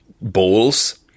bowls